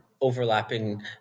overlapping